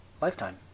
lifetime